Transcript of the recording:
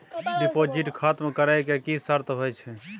Deposit खतम करे के की सर्त होय छै?